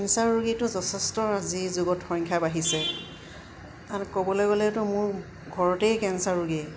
cancer ৰোগীটো যথেষ্ট আজিৰ যুগত সংখ্যা বাঢ়িছে ক'বলৈ গ'লেতো মোৰ ঘৰতেই কেঞ্চাৰ ৰোগী